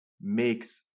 makes